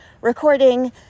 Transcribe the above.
recording